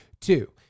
Two